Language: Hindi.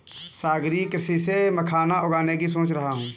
सागरीय कृषि से मखाना उगाने की सोच रहा हूं